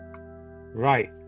Right